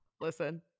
Listen